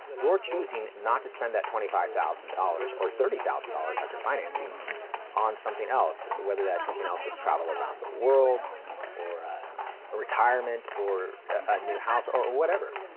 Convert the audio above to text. you are choosing not to spend that twenty five thousand dollars or thirty thousand dollars after financing on something else whether that something else is travel around the world or retirement or a new house or or whatever.